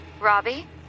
Robbie